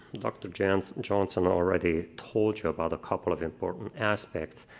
dr. johnsen johnsen already told you about a couple of important aspects.